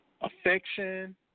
affection